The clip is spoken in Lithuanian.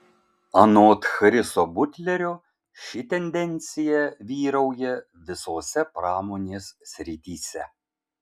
anot chriso butlerio ši tendencija vyrauja visose pramonės srityse